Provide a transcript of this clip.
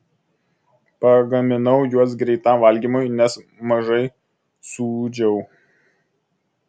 pagaminau juos greitam valgymui nes mažai sūdžiau